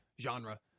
genre